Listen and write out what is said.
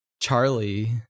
charlie